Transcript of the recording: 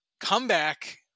comeback